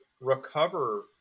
recover